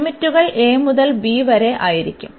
ലിമിറ്റുകൾ a മുതൽ b വരെയായിരിക്കും